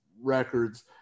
records